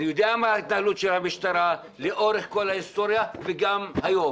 אני יודע מה ההתנהלות של המשטרה לאורך כל ההיסטוריה וגם היום.